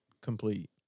complete